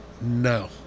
no